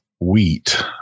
wheat